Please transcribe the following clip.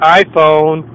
iPhone